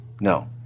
No